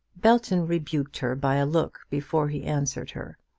belton rebuked her by a look before he answered her.